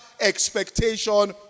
expectation